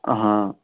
हाँ